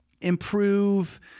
improve